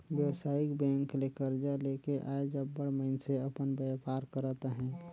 बेवसायिक बेंक ले करजा लेके आएज अब्बड़ मइनसे अपन बयपार करत अहें